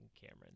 Cameron